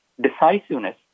decisiveness